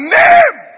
name